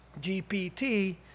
GPT